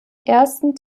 ersten